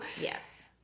Yes